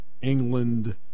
England